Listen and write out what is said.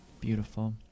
beautiful